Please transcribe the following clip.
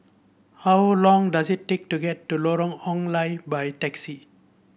how long does it take to get to Lorong Ong Lye by taxi